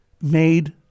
made